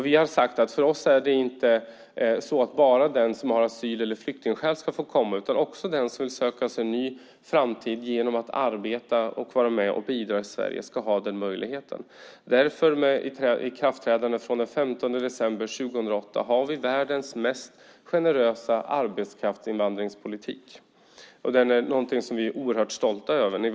Vi har sagt att inte bara den som har asyl eller flyktingskäl ska få komma, utan också att den som vill söka sig en ny framtid genom att arbeta och vara med och bidra i Sverige ska ha denna möjlighet. I och med ikraftträdandet av beslutet från den 15 december 2008 har vi världens mest generösa arbetskraftsinvandringspolitik. Vi är oerhört stolta över den.